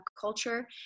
culture